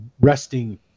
resting